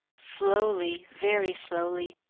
slowly, very slowly,